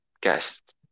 guest